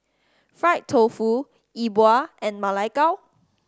fried tofu E Bua and Ma Lai Gao